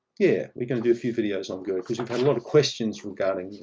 yeah, we're going to do a videos on gerd, because we've had a lot of questions regarding this,